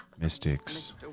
mystics